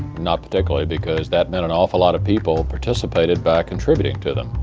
not particularly because that meant an awful lot of people participated by contributing to them.